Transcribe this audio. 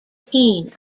keene